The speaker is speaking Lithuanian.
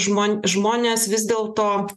žmon žmonės vis dėlto